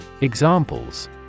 Examples